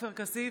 עופר כסיף,